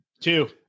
Two